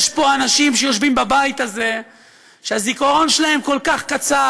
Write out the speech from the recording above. יש פה אנשים שיושבים בבית הזה שהזיכרון שלהם כל כך קצר,